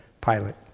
Pilot